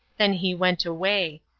then he went away.